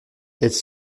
elles